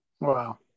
Wow